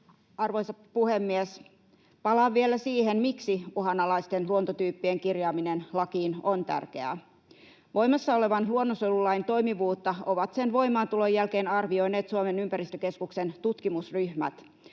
Arvoisa puhemies! Palaan vielä siihen, miksi uhanalaisten luontotyyppien kirjaaminen lakiin on tärkeää. Voimassa olevan luonnonsuojelulain toimivuutta ovat sen voimaantulon jälkeen arvioineet Suomen ympäristökeskuksen tutkimusryhmät.